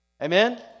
Amen